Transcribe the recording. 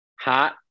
hot